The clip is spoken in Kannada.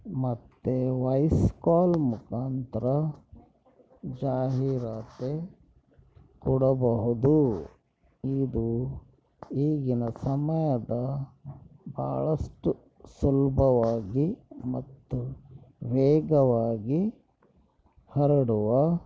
ಮತ್ತು ವಾಯ್ಸ್ ಕಾಲ್ ಮುಖಾಂತ್ರ ಜಾಹೀರಾತು ಕೊಡಬಹುದು ಇದು ಈಗಿನ ಸಮಯದ ಭಾಳಷ್ಟು ಸುಲಭವಾಗಿ ಮತ್ತು ವೇಗವಾಗಿ ಹರಡುವ